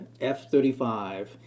F-35